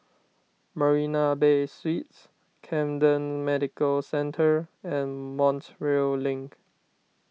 Marina Bay Suites Camden Medical Centre and Montreal Link